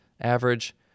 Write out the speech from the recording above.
average